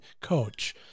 Coach